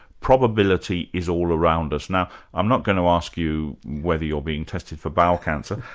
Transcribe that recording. probability is all around us. now i'm not going to ask you whether you're being tested for bowel cancer,